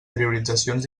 prioritzacions